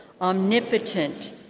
omnipotent